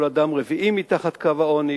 כל אדם רביעי מתחת קו העוני,